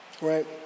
Right